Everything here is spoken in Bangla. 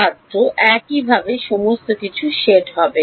ছাত্র কারণ এইভাবে সমস্ত কিছু শেড হবে